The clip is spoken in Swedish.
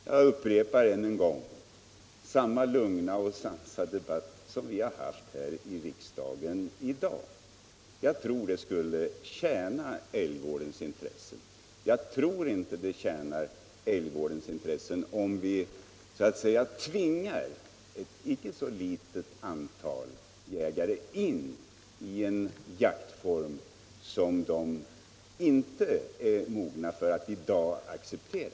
Jag upprepar att det dels gäller att föra samma lugna och sansade debatt som vi har fört i riksdagen i dag. Det skulle tjäna älgvårdens intressen, vilket däremot inte skulle bli fallet om vi så att säga tvingar ett inte så litet antal jägare in i en jaktform, som de i dag inte är mogna för att acceptera.